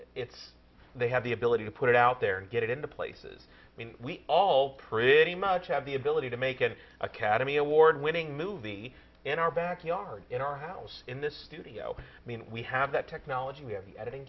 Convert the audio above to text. it's they have the ability to put it out there and get it into places we all pretty much have the ability to make an academy award winning movie in our backyard in our house in this studio i mean we have that technology we have the editing